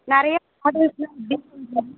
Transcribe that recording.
நிறைய மாடல்ஸ்லாம் எப்படி சொல்கிறீங்க